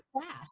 fast